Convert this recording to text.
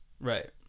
Right